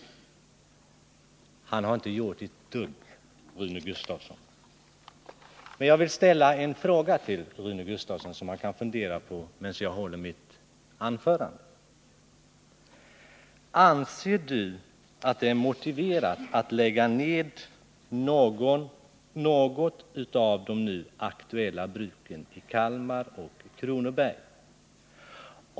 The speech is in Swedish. — Rune Gustavsson har inte gjort ett dugg! Jag vill ställa en fråga till Rune Gustavsson, som han kan fundera på medan jag håller mitt anförande: Anser Rune Gustavsson att det är motiverat att lägga ned något av de nu aktuella bruken i Kalmar och i Kronoberg?